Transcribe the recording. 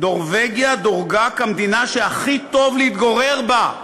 נורבגיה דורגה כמדינה שהכי טוב להתגורר בה.